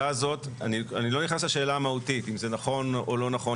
אני לא נכנס לשאלה המהותית אם זה נכון או לא נכון,